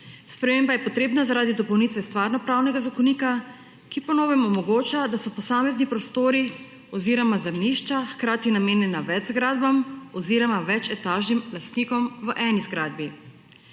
Sprememba je potrebna zaradi dopolnitve Stvarnopravnega zakonika, ki po novem omogoča, da so posamezni prostori oziroma zemljišča hkrati namenjeni več zgradbam oziroma več etažnim lastnikom v eni zgradbi.